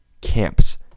camps